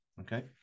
okay